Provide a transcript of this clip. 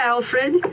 Alfred